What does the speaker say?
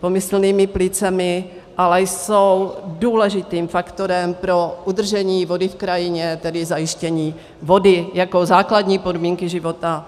pomyslnými plícemi, ale jsou důležitým faktorem pro udržení vody v krajině, tedy zajištění vody jako základní podmínky života.